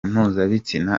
mpuzabitsina